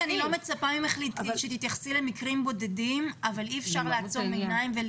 אני לא מצפה ממך שתתייחסי למקרים בודדים אבל אי אפשר לעצום עיניים,